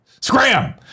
scram